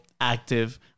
active